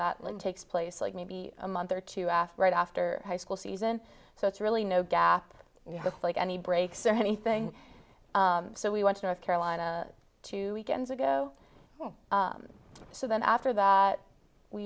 one takes place like maybe a month or two after right after high school season so it's really no gap you know like any breaks or anything so we went to north carolina two weekends ago so then after that we